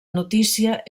notícia